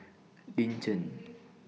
Lin Chen